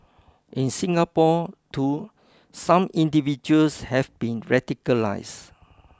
in Singapore too some individuals have been radicalised